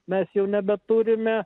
mes jau nebeturime